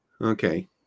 Okay